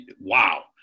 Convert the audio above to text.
wow